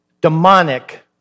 demonic